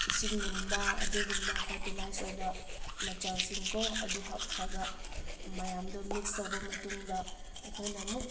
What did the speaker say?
ꯏꯁꯤꯡꯒꯨꯝꯕ ꯑꯗꯨꯒꯨꯝꯕ ꯐꯔꯇꯤꯂꯥꯏꯁ ꯑꯣꯏꯕ ꯃꯆꯜꯁꯤꯡ ꯀꯣ ꯑꯗꯨ ꯍꯥꯞꯈ꯭ꯔꯒ ꯃꯌꯥꯝꯗꯣ ꯃꯤꯛꯁ ꯇꯧꯕ ꯃꯇꯨꯡꯗ ꯑꯩꯈꯣꯏꯅ ꯑꯃꯨꯛ